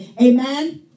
Amen